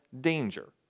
danger